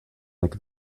like